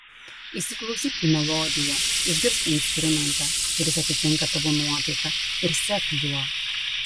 įsiklausyk į melodiją išgirsk instrumentą kuris atitinka tavo nuotaiką ir sek juo